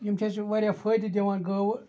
یِم چھِ اَسہِ واریاہ فٲیدٕ دِوان گٲوٕ